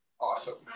Awesome